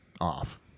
off